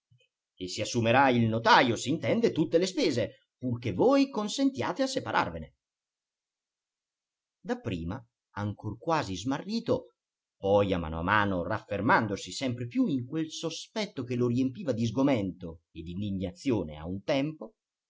e si assumerà il notajo s'intende tutte le spese purché voi consentiate a separarvene dapprima ancor quasi smarrito poi a mano a mano raffermandosi sempre più in quel sospetto che lo riempiva di sgomento e d'indignazione a un tempo